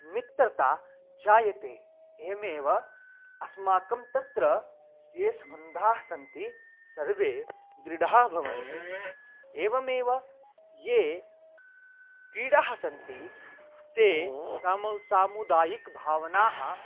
मित्रता जायते एवमेव अस्माकं तत्र ये मन्दास्सन्ति सर्वे दृढा भवन्ति एवमेव ये कीडाः सन्ति ते सामौ सामुदायिकभावनाः